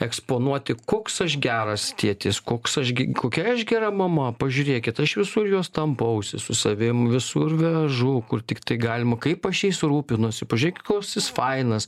eksponuoti koks aš geras tėtis koks aš gi kokia aš gera mama pažiūrėkit aš visur juos tampausi su savim visur vežu kur tiktai galima kaip aš jais rūpinuosi pažiūrėkit koks jis fainas